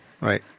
Right